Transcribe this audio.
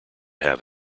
have